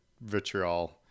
vitriol